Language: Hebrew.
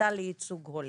זכותה לייצוג הולם.